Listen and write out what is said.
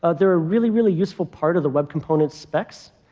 ah they're a really, really useful part of the web component specs.